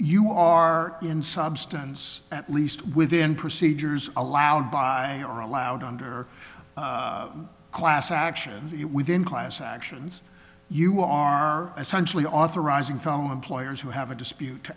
you are in substance at least within procedures allowed by are allowed under class action within class actions you are essentially authorizing phone employers who have a dispute